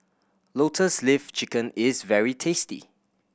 Lotus Leaf Chicken is very tasty